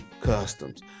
customs